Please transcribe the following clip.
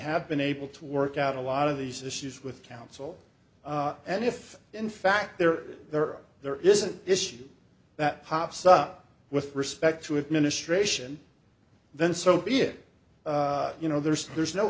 have been able to work out a lot of these issues with counsel and if in fact there there are there is an issue that pops up with respect to administration then so be it you know there's there's no